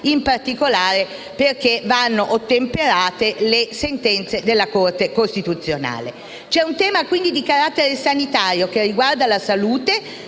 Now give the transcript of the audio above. in particolare perché vanno ottemperate le sentenze della Corte costituzionale. C'è un tema di carattere sanitario che riguarda la salute